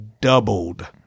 doubled